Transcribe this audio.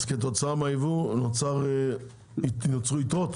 כתוצאה מהיבוא נוצרו יתרות?